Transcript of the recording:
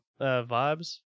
Vibes